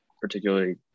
particularly